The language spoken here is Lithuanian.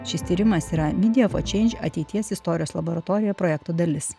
šis tyrimas yra ateities istorijos laboratoriją projekto dalis